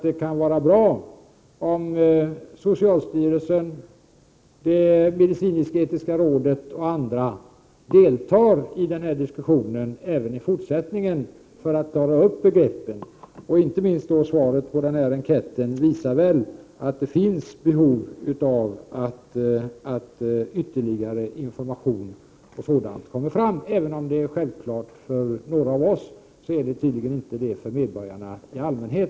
Det kan vara bra om socialstyrelsen, det medicinsk-etiska rådet och andra även i fortsättningen deltar i den här diskussionen för att klara ut begreppen. Inte minst svaren på enkäten visar väl att det finns behov av ytterligare information. Även om det är självklart för några av oss vad det här handlar om, så är det tydligen inte det för medborgarna i allmänhet.